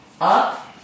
up